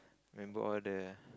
remember all the